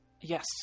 yes